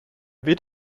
wird